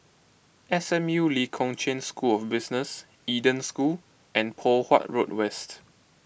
S M U Lee Kong Chian School of Business Eden School and Poh Huat Road West